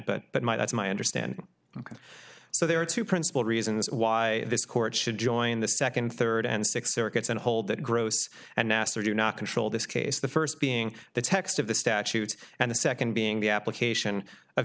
but but my that's my understanding and so there are two principle reasons why this court should join the second third and six circuits and hold that gross and nasser do not control this case the first being the text of the statutes and the second being the application of